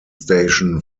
station